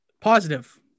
positive